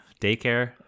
Daycare